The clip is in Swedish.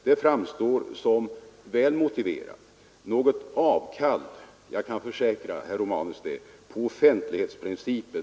Jag kan försäkra herr Romanus att detta inte innebär något avkall på offentlighetsprincipen.